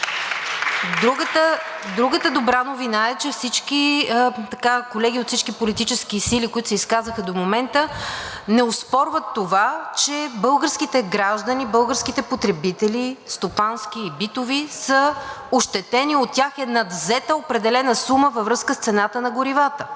Другата добра новина е, че колеги от всички политически сили, които се изказаха до момента, не оспорват това, че българските граждани, българските потребители – стопански и битови, са ощетени, от тях е надвзета определена сума във връзка с цената на горивата.